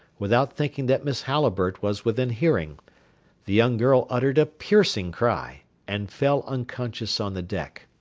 without thinking that miss halliburtt was within hearing the young girl uttered a piercing cry, and fell unconscious on the deck.